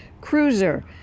Cruiser